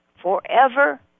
Forever